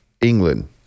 England